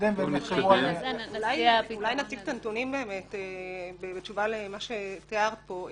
אולי נציג את הנתונים בתשובה למה שתיארת פה.